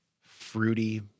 fruity